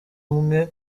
umwe